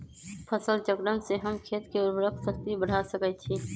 फसल चक्रण से हम खेत के उर्वरक शक्ति बढ़ा सकैछि?